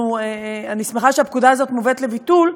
אני שמחה שהפקודה הזאת מובאת לביטול.